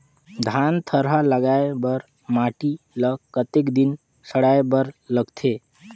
धान थरहा लगाय बर माटी ल कतेक दिन सड़ाय बर लगथे?